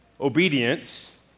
obedience